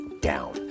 down